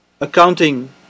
accounting